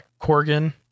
Corgan